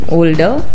older